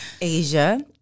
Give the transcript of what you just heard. Asia